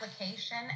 application